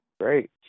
Great